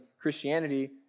Christianity